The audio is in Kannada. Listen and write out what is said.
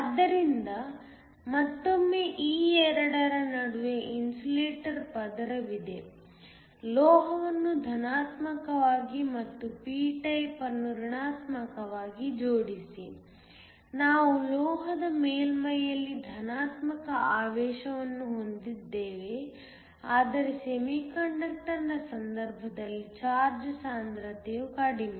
ಆದ್ದರಿಂದ ಮತ್ತೊಮ್ಮೆ ಈ 2 ರ ನಡುವೆ ಇನ್ಸುಲೇಟರ್ ಪದರವಿದೆ ಲೋಹವನ್ನು ಧನಾತ್ಮಕವಾಗಿ ಮತ್ತು p ಟೈಪ್ ಅನ್ನು ಋಣಾತ್ಮಕವಾಗಿ ಜೋಡಿಸಿ ನಾವು ಲೋಹದ ಮೇಲ್ಮೈಯಲ್ಲಿ ಧನಾತ್ಮಕ ಆವೇಶವನ್ನು ಹೊಂದಿದ್ದೇವೆ ಆದರೆ ಸೆಮಿಕಂಡಕ್ಟರ್ನ ಸಂದರ್ಭದಲ್ಲಿ ಚಾರ್ಜ್ ಸಾಂದ್ರತೆಯು ಕಡಿಮೆ